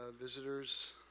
visitors